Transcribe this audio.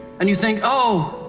and you think, oh,